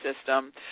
system